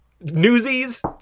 Newsies